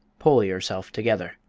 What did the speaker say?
pull yourself together.